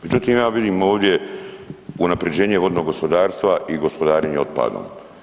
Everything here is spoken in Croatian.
Međutim, ja vidim ovdje unaprjeđenje vodnog gospodarstva i gospodarenja otpadom.